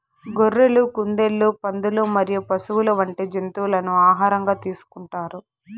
గొర్రెలు, కుందేళ్లు, పందులు మరియు పశువులు వంటి జంతువులను ఆహారంగా తీసుకుంటారు